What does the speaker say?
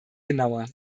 genauer